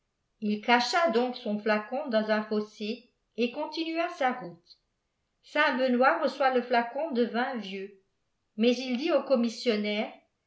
il cacha donc son flacon dans un fossé et continua sa route saint benoît reçoit le flacon de vin vieux mais il dit au commissionnaire